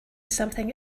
something